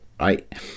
right